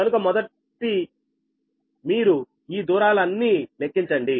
కనుక మొదటి మీరు ఈ దూరాలను అన్ని లెక్కించండి